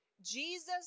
Jesus